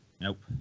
Nope